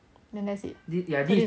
then that's it